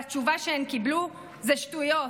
והתשובה שהן קיבלו: אלה שטויות,